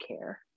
care